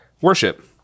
worship